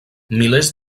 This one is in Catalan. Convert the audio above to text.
milers